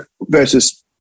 versus